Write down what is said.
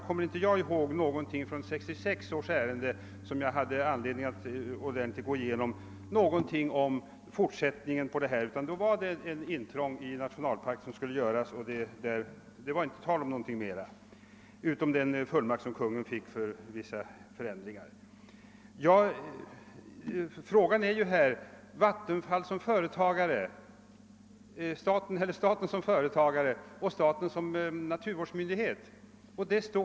Såvitt jag kan minnas var det i varje fall 1966 bara fråga om ett intrång i nationalparken, och det var inte tal om någonting mer än den fullmakt som Kungl. Maj:t fick att göra vissa förändringar. Det kommer alltid att stå strid om staten som företagare och staten som naturvårdsmyndighet.